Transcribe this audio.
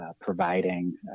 providing